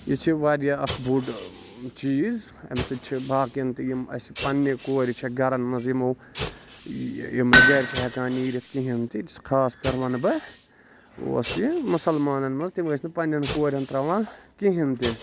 یہِ چھُ واریاہ اکھ بوٚڑ چیٖز اَمہِ سۭتۍ چھ باقین تہِ یِم اَسہِ پَنٕنہِ کورِ چھِ گرین منٛز یِمو یِم نہٕ گرِ چھِ ہٮ۪کان نیٖرِتھ کِہینۍ تہِ خاص کر ونہٕ بہٕ اوس یہِ مُسلمانن منٛز تِم ٲسۍ نہٕ پَنٕنین کورین تراوان کِہیںی تہِ